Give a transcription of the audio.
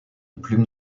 plume